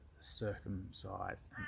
circumcised